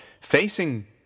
facing